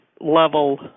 level